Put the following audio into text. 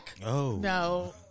No